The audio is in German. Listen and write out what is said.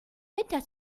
winter